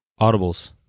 Audibles